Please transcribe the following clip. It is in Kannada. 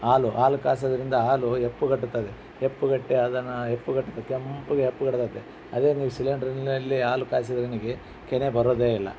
ಹಾಲು ಹಾಲ್ ಕಾಯ್ಸೊದ್ರಿಂದ ಹಾಲು ಹೆಪ್ಪುಗಟ್ಟುತ್ತದೆ ಹೆಪ್ಪುಗಟ್ಟಿ ಅದನ್ನು ಹೆಪ್ಪುಗಟ್ ಕೆಂಪಗೆ ಹೆಪ್ಪಗಟ್ತೈತೆ ಅದೇ ನೀವು ಸಿಲಿಂಡ್ರುನಲ್ಲಿ ಹಾಲು ಕಾಯಿಸಿದ್ರೆ ನಿಮಗೆ ಕೆನೆ ಬರೋದೇ ಇಲ್ಲ